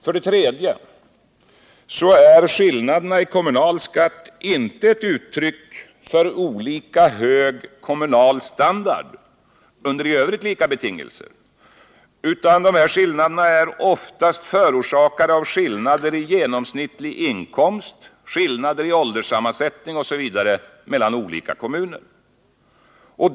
För det tredje är skillnaderna i kommunal skatt inte ett uttryck för olika hög kommunal standard under i övrigt lika betingelser, utan de är förorsakade av skillnader i genomsnittlig inkomst, skillnader i ålderssammansättningen osv. mellan olika kommuner.